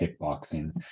kickboxing